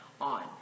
on